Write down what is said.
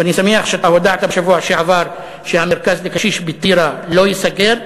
ואני שמח שאתה הודעת בשבוע שעבר שהמרכז לקשיש בטירה לא ייסגר,